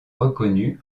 reconnu